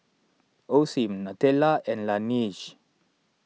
Osim Nutella and Laneige